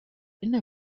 inner